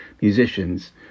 musicians